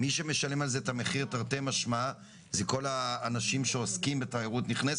אני מבקש שנמצא פתרון לאנשים שהפקרנו, תודה.